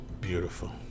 Beautiful